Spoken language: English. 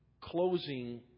closing